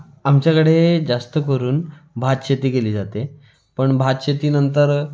आमच्याकडे जास्त करून भात शेती केली जाते पण भात शेतीनंतर